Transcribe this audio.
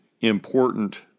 important